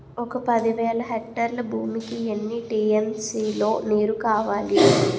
ఒక పది వేల హెక్టార్ల భూమికి ఎన్ని టీ.ఎం.సీ లో నీరు కావాలి?